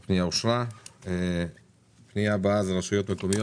הצבעה הפנייה אושרה הפנייה הבאה היא הרשויות המקומיות